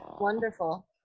wonderful